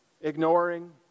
ignoring